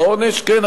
כן,